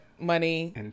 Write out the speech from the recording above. money